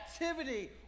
activity